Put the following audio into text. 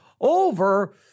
over